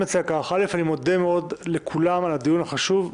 אני מודה מאוד לכולם על הדיון החשוב,